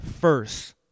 first